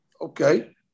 Okay